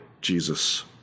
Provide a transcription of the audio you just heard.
Jesus